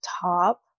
top